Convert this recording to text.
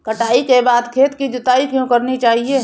कटाई के बाद खेत की जुताई क्यो करनी चाहिए?